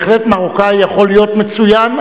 בהחלט מרוקני יכול להיות מצוין,